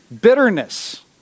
bitterness